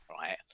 right